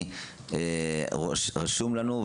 רשום לנו,